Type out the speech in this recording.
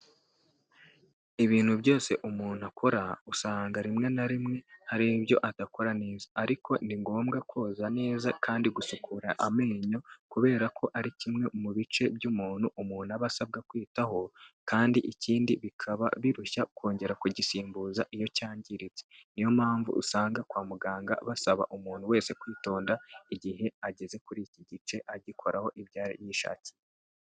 Ibintu byose umuntu akora usanga rimwe na rimwe hari ibyo adakora neza ariko ni ngombwa koza neza kandi gusukura amenyo kubera ko ari kimwe mu bice by'umuntu umuntu aba asabwa kwitaho kandi ikindi bikaba birushya kongera kugisimbuza iyo cyangiritse, niyo mpamvu usanga kwa muganga basaba umuntu wese kwitonda igihe ageze kuri iki gice agikoraho ibyo yishakiye.